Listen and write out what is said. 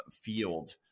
field